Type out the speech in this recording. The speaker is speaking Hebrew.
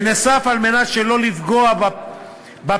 בנוסף, על מנת שלא לפגוע בפסיקה